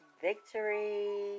Victory